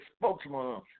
spokesman